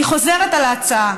אני חוזרת על ההצעה.